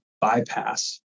bypass